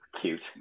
cute